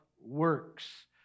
works